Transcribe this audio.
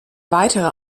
weitere